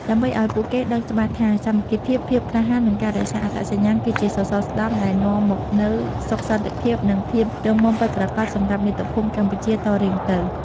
ដើម្បីឱ្យពួកគេដឹងច្បាស់ថា សាមគ្គីភាព ភាពក្លាហាន និងការរក្សាអត្តសញ្ញាណ គឺជាសសរស្តម្ភដែលនាំមកនូវសុខសន្តិភាព និងភាពរឹងមាំពិតប្រាកដសម្រាប់មាតុភូមិកម្ពុជាតរៀងទៅ។